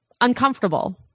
uncomfortable